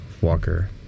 walker